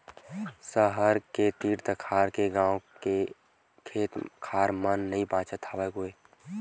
सहर के तीर तखार के गाँव मन के खेत खार मन नइ बाचत हवय गोय